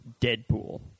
Deadpool